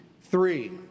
Three